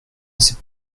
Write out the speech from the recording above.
c’est